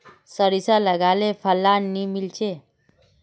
सारिसा लगाले फलान नि मीलचे?